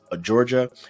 Georgia